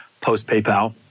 post-PayPal